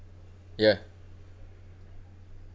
ya